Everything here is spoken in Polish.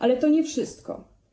Ale to nie wszystko.